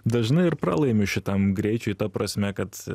dažnai ir pralaimi šitam greičiui ta prasme kad